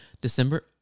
December